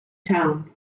town